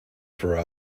for